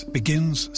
begins